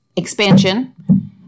expansion